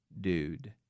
dude